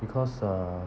because uh